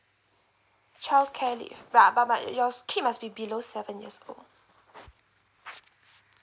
childcare leave buh but your kids must be below seven years old